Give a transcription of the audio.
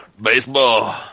Baseball